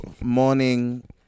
morning